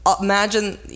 imagine